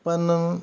पण